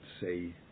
say